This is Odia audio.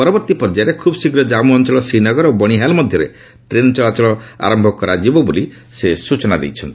ପରବର୍ତ୍ତୀ ପର୍ଯ୍ୟାୟରେ ଖୁବ୍ ଶୀଘ୍ର କାମ୍ମୁ ଅଞ୍ଚଳର ଶ୍ରୀନଗର ଓ ବଣିହାଲ୍ ମଧ୍ୟରେ ଟ୍ରେନ୍ ଚଳାଚଳ ଆରମ୍ଭ କରାଯିବ ବୋଲି ସେ ସ୍ଚଚନା ଦେଇଛନ୍ତି